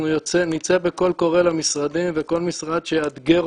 נצא בקול קורא למשרדים וכל משרד שיאתגר